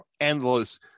endless